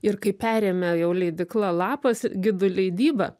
ir kaip perėmę jau leidykla lapas gidų leidybą